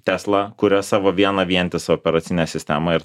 tesla kuria savo vieną vientisą operacinę sistemą ir